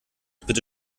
bitte